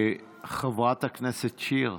חברת הכנסת שיר,